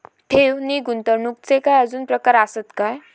ठेव नी गुंतवणूकचे काय आजुन प्रकार आसत काय?